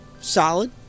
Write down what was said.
solid